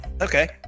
Okay